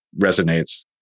resonates